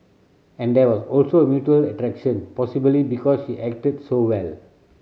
and there was also mutual attraction possibly because she acted so well